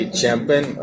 champion